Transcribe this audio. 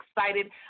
excited